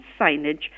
signage